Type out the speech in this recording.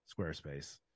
Squarespace